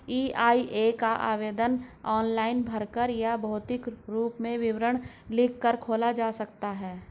EIA का आवेदन online भरकर या भौतिक रूप में विवरण लिखकर खोला जा सकता है